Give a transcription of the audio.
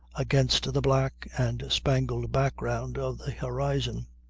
against the black and spangled background of horizon.